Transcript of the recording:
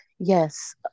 Yes